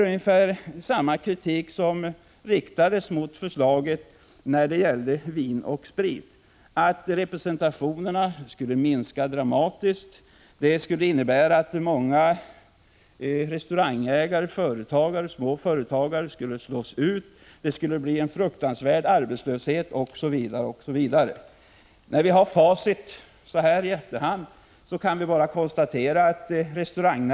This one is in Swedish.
Ungefär samma kritik riktades mot förslaget när det gällde vin och sprit. Man menade att representationen skulle minska dramatiskt, vilket skulle innebära att många restaurangägare och småföretagare slås ut, det skulle bli en fruktansvärd arbetslöshet, osv. Så här i efterhand, när vi har facit i hand, kan vi bara konstatera att restaurang — Prot.